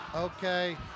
okay